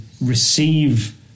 receive